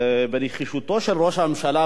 ובנחישותו של ראש הממשלה,